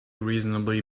reasonably